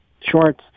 shorts